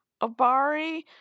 Abari